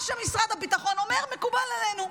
מה שמשרד הביטחון אומר, מקובל עלינו.